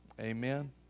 amen